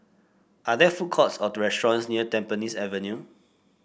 are there food courts or restaurants near Tampines Avenue